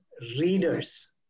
readers